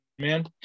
Man